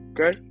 Okay